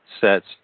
sets